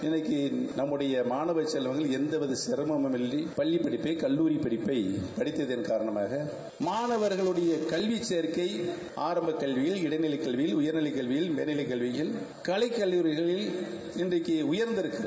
இன்றைக்கு நம்முடைய மாண செல்வங்கள் எந்தவித சிரமுமின்றி பள்ளிப்படிப்பை கல்லூரிப்படிப்பை படித்ததன் காரணமாக மாணவர்களுடைய கல்வி சேர்க்கை ஆரம்ப கல்வி இடைநிலை கல்வி மேல்நிலைக் கல்வியில் கலைக் கல்லூரிகளில் இன்றைக்கு உயர்ந்திருக்கிறது